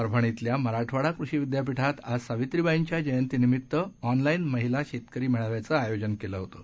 परभणीतल्या मराठवाडा कृषि विद्यापीठात आज सावित्रीबाईंच्या जयंतीनिमित्त ऑनलाईन महिला शेतकरी मेळाव्याचं आयोजन केलं होतं